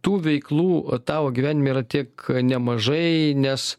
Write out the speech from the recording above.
tų veiklų va tavo gyvenime yra tiek nemažai nes